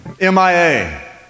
MIA